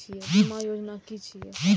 बीमा योजना कि छिऐ?